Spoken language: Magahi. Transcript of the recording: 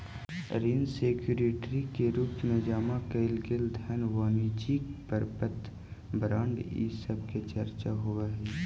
ऋण सिक्योरिटी के रूप में जमा कैइल गेल धन वाणिज्यिक प्रपत्र बॉन्ड इ सब के चर्चा होवऽ हई